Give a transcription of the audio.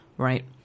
Right